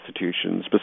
institutions